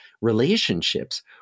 relationships